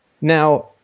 Now